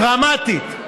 דרמטית,